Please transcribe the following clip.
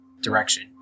direction